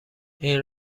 این